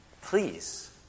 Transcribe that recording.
please